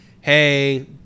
hey